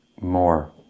more